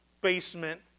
basement